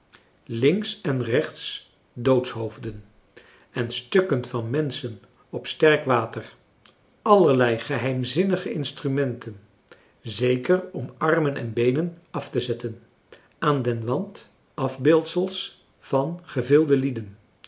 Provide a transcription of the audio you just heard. links en rechts doodshoofden en stukken van menschen op sterk water allerlei geheimzinnige instrumenten zeker om armen en beenen af te zetten aan den wand afbeeldsels van gevilde lieden